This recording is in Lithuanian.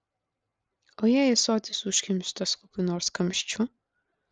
o jei ąsotis užkimštas kokiu nors kamščiu